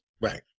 Right